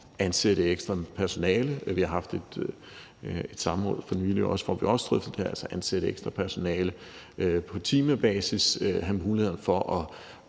ansætte ekstra personale – vi har haft et samråd for nylig, hvor vi også drøftede det her – på timebasis, have muligheden for at